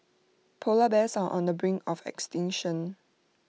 Polar Bears are on the brink of extinction